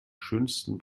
schönsten